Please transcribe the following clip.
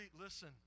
listen